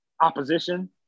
opposition